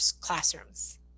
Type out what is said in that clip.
classrooms